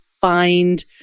find